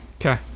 Okay